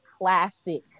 classic